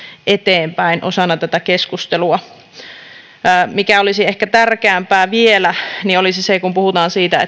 eteenpäin osana tätä keskustelua ehkä vielä tärkeämpää kun puhutaan siitä